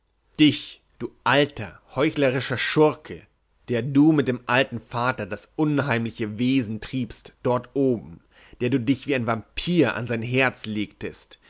dich du alter heuchlerischer schurke der du mit dem alten vater das unheimliche wesen triebst dort oben der du dich wie ein vampir an sein herz legtest